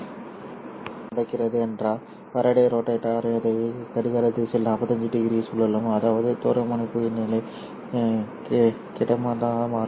அடுத்து என்ன நடக்கிறது என்றால் ஃபாரடே ரோட்டேட்டர் இதை கடிகார திசையில் 45 டிகிரி சுழலும் அதாவது துருவமுனைப்பு நிலை கிடைமட்டமாக மாறும்